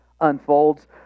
unfolds